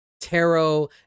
tarot